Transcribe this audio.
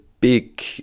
big